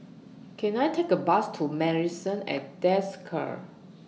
Can I Take A Bus to Marrison At Desker